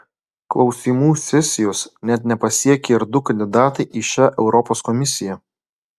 klausymų sesijos net nepasiekė ir du kandidatai į šią europos komisiją